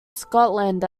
scotland